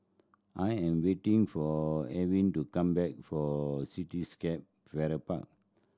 I am waiting for Evan to come back for Cityscape Farrer Park